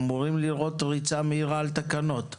ואנחנו אמורים לראות ריצה מהירה על תקנות.